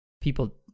people